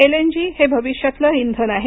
LNG हे भविष्यातलं इंधन आहे